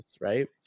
right